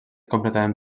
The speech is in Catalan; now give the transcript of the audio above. completament